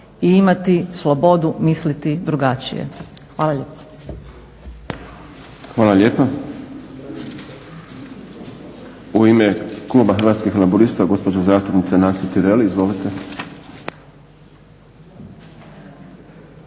i imati slobodu misliti drugačije. Hvala lijepo. **Šprem, Boris (SDP)** Hvala lijepa. U ime kluba Hrvatskih laburista gospođa zastupnica Nansi Tireli. Izvolite.